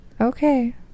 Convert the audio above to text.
Okay